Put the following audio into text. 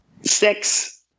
Six